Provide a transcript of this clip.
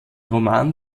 roman